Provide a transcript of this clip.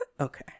Okay